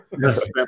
Yes